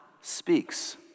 speaks